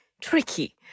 tricky